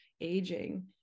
aging